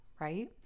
right